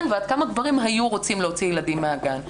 ועד כמה גברים היו רוצים להוציא ילדים מהגן.